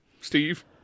Steve